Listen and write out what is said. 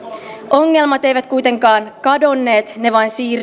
ongelmat eivät kuitenkaan kadonneet ne vain siirtyivät tämän